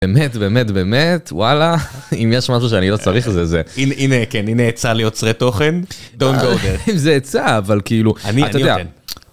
באמת באמת באמת וואלה אם יש משהו שאני לא צריך, זה זה. הנה כן הנה עצה ליוצרי תוכן, Don't go there, זה עצה אבל כאילו. אני, אתה יודע